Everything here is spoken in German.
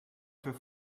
für